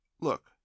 Look